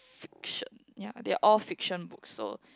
fiction ya they all fiction books so